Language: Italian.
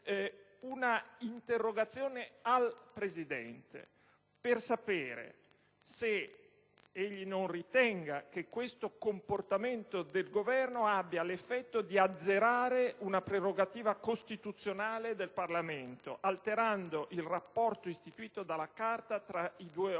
un'interrogazione al Presidente, per sapere se egli non ritenga che questo comportamento del Governo abbia l'effetto di azzerare una prerogativa costituzionale del Parlamento, alterando il rapporto istituito dalla Carta tra i due organi,